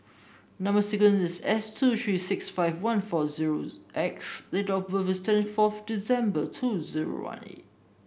number sequence is S two three six five one four zero X date of birth is twenty four December two zero one eight